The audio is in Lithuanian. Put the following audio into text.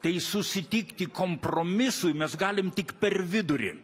tai susitikti kompromisui mes galim tik per vidurį